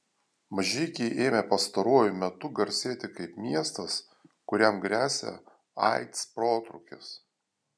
mažeikiai ėmė pastaruoju metu garsėti kaip miestas kuriam gresia aids protrūkis